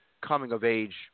coming-of-age